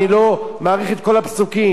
אני לא מאריך בכל הפסוקים,